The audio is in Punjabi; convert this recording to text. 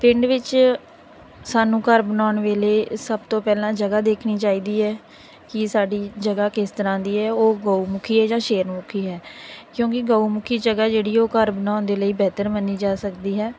ਪਿੰਡ ਵਿੱਚ ਸਾਨੂੰ ਘਰ ਬਣਾਉਣ ਵੇਲੇ ਸਭ ਤੋਂ ਪਹਿਲਾਂ ਜਗ੍ਹਾ ਦੇਖਣੀ ਚਾਹੀਦੀ ਹੈ ਕਿ ਸਾਡੀ ਜਗ੍ਹਾ ਕਿਸ ਤਰ੍ਹਾਂ ਦੀ ਹੈ ਉਹ ਗਊ ਮੁਖੀ ਹੈ ਜਾਂ ਸ਼ੇਰ ਮੂਖੀ ਹੈ ਕਿਉਂਕਿ ਗਊ ਮੂਖੀ ਜਗ੍ਹਾ ਜਿਹੜੀ ਉਹ ਘਰ ਬਣਾਉਣ ਦੇ ਲਈ ਬਿਹਤਰ ਮੰਨੀ ਜਾ ਸਕਦੀ ਹੈ